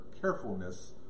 carefulness